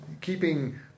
keeping